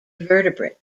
vertebrate